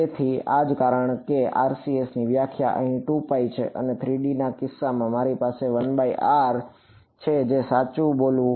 તેથી આ જ કારણ છે કે RCS ની વ્યાખ્યા અહીં છે અને 3 D ના કિસ્સામાં મારી પાસે છે જેથી સાચું બોલવું